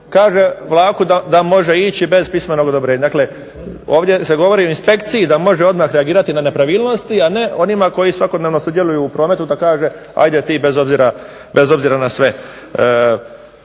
kaže vlaku da može ići bez pismenog odobrenja. Dakle, ovdje se govori o inspekciji da može odmah reagirati na nepravilnosti, a ne onima koji svakodnevno sudjeluju u prometu da kaže ajde ti bez obzira na sve.